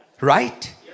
Right